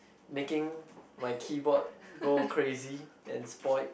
making my keyboard go crazy and spoil